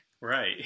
right